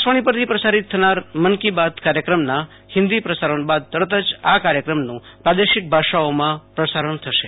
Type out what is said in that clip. આકાશવાણી પરથી પ્રસારિત થનાર મનકી બાત કાર્યક્રમના હિન્દી પ્રસારણ બાદ તરત જ આ કાયક્રમનું પ્રાદેશિક ભાષાઓમાં પ્રસારણ થશે